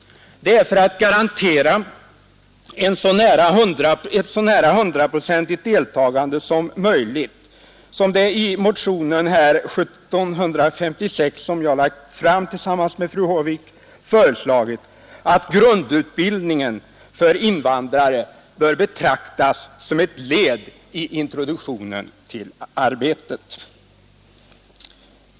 Det är för att garantera ett så nära hundraprocentigt deltagande som möjligt som det i motionen 1758, som jag har väckt tillsammans med fru Håvik, föreslagit att grundutbildningen för invandrare bör betraktas som ett led i introduktion i arbetet.